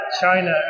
China